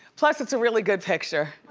plus, it's a really good picture.